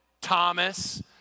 Thomas